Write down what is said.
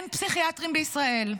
אין פסיכיאטרים בישראל.